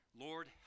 Lord